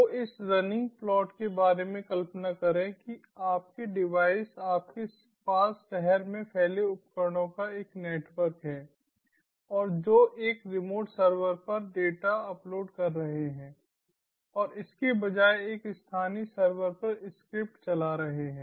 तो इस running plot के बारे में कल्पना करें कि आपके डिवाइस आपके पास शहर में फैले उपकरणों का एक नेटवर्क है और जो एक रिमोट सर्वर पर डेटा अपलोड कर रहे हैं और इसके बजाय एक स्थानीय सर्वर पर स्क्रिप्ट चला रहे हैं